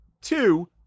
Two